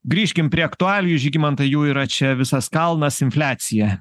grįžkim prie aktualijų žygimantai jų yra čia visas kalnas infliacija